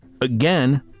again